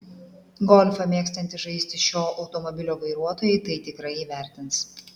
golfą mėgstantys žaisti šio automobilio vairuotojai tai tikrai įvertins